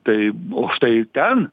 tai o štai ten